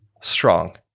strong